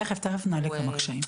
תכף, תכף נעלה כמה קשיים.